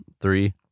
Three